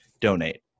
donate